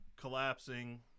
collapsing